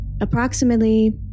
Approximately